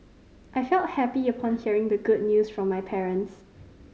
I felt happy upon hearing the good news from my parents